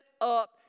up